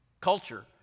culture